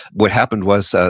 what happened was, ah